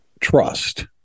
trust